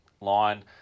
line